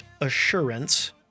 assurance